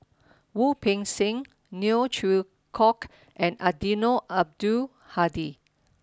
Wu Peng Seng Neo Chwee Kok and Eddino Abdul Hadi